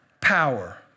power